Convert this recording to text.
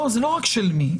לא, זה לא רק של מי.